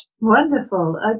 Wonderful